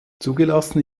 zugelassen